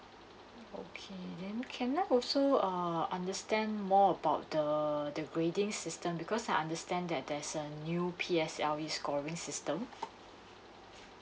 okay can I go so err understand more about the the grading system because I understand that there's a new P_S_L_E scoring system